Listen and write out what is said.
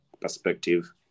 perspective